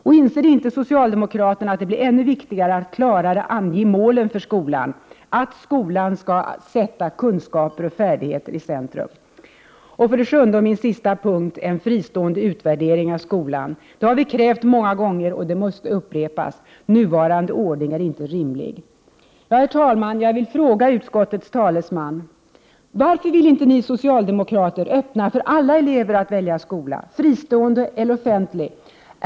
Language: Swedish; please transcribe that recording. Och inser inte socialdemokraterna att det blir ännu viktigare att klarare ange målen — att skolan skall sätta kunskaper och färdigheter i centrum? 7. En fristående utvärdering av skolan. En sådan har vi krävt många gånger och det måste upprepas. Nuvarande ordning är inte rimlig. Herr talman! Jag vill fråga utskottets talesman: Varför vill inte ni socialdemokrater öppna för alla elever att välja skola, fristående eller offentlig?